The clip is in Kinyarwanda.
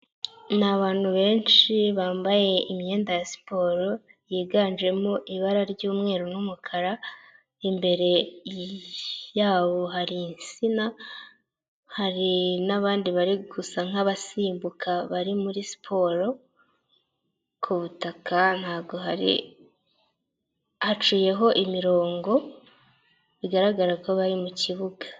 Ni abantu benshi bambaye imyenda ya siporo yiganjemo ibara ry'umweru n'umukara, imbere yabo hari insina, hari n'abandi bari gusa nkabasimbuka bari muri siporo, ku butaka haciyeho imirongo bigaragara ko bari mu kibuga.